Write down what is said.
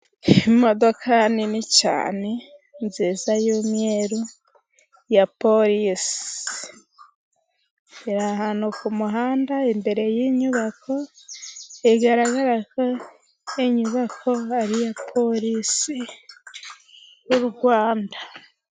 Imodoka nini cyane nziza y'umweru ya polisi. Iri ahantu ku muhanda imbere y'inyubako bigaragara ko inyubako ari iya polisi y'u rwanda.